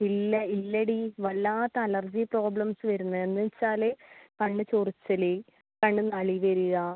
ഇല്ല ഇല്ലെടി വല്ലാത്ത അലർജി പ്രോബ്ലംസ് വരുന്നു എന്ന് വച്ചാൽ കണ്ണ് ചൊറിച്ചിൽ കണ്ണിൽ നിന്ന് അളി വരിക